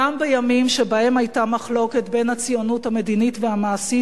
גם בימים שבהם היתה מחלוקת בין הציונות המדינית והמעשית,